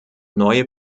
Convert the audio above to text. neue